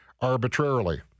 arbitrarily